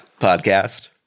podcast